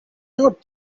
not